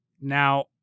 now